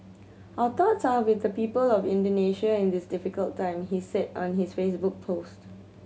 our thoughts are with the people of Indonesia in this difficult time he said on his Facebook post